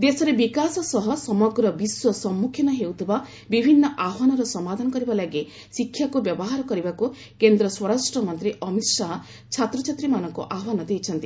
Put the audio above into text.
convocation ଦେଶର ବିକାଶ ସହ ସମଗ୍ର ବିଶ୍ୱ ସମ୍ମୁଖୀନ ହେଉଥିବା ବିଭିନ୍ନ ଆହ୍ୱାନର ସମାଧାନ କରିବା ଲାଗି ଶିକ୍ଷାକୁ ବ୍ୟବହାର କରିବାକୁ କେନ୍ଦ୍ର ସ୍ୱରାଷ୍ଟ୍ରମନ୍ତ୍ରୀ ଅମିତ ଶାହା ଛାତ୍ରଛାତ୍ରୀମାନଙ୍କୁ ଆହ୍ବାନ ଦେଇଛନ୍ତି